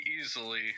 easily